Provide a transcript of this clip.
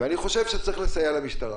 ואני חושב שצריך לסייע למשטרה.